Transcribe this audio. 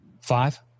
five